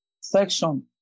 section